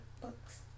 books